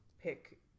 pick